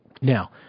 Now